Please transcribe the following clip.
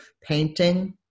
painting